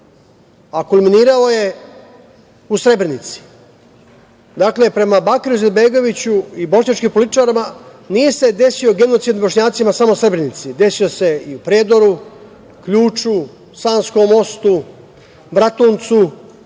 a kulminirao je u Srebrenici. Dakle, prema Bakiru Izetbegoviću i bošnjačkim političarima nije se desio genocid nad Bošnjacima samo u Srebrenici, desio se i u Prijedoru, Ključu, Sanskom mostu, Bratuncu